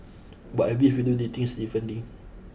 but I believe we do things differently